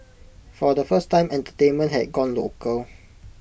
for the first time entertainment had gone local